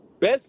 Best